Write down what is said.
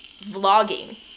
vlogging